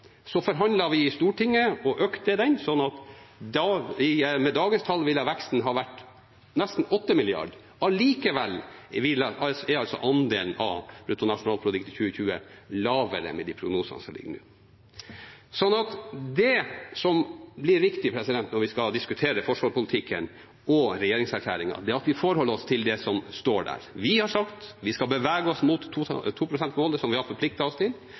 Så forhandlet vi i Stortinget og økte det beløpet, slik at veksten med dagens tall ville vært nesten 8 mrd. kr. Likevel er andelen av bruttonasjonalprodukt i 2020 lavere med de prognosene som foreligger nå. Det som blir riktig når vi skal diskutere forsvarspolitikken og regjeringserklæringen, er at vi forholder oss til det som står der. Vi har sagt at vi skal bevege oss mot 2-prosentmålet, som vi har forpliktet oss til.